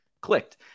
clicked